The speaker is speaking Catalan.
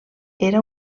era